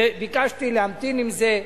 ביקשתי להמתין עם זה.